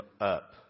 up